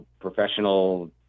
professional